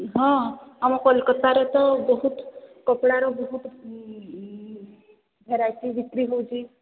ହଁ ଆମ କୋଲକତାରେ ତ ବହୁତ କପଡ଼ାର ବହୁତ ଭେରାଇଟି ବିକ୍ରି ହେଉଛି